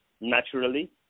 naturally